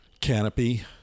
canopy